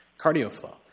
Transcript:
CardioFlow